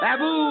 Abu